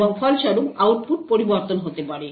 এবং ফলস্বরূপ আউটপুট পরিবর্তন হতে পারে